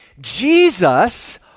Jesus